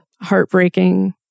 heartbreaking